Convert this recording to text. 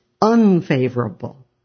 unfavorable